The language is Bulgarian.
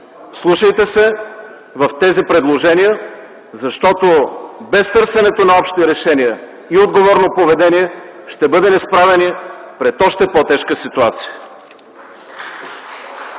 Вслушайте се в тези предложения, защото без търсенето на общи решения и отговорно поведение ще бъдем изправени пред още по-тежка ситуация.